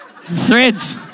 threads